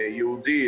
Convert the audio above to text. יהודי,